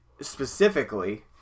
specifically